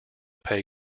pay